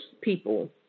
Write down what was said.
people